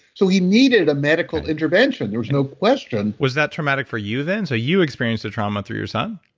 so, he needed a medical intervention. there was no question was that traumatic for you then? so, you experienced a trauma through your son?